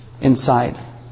inside